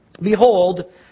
Behold